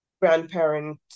grandparent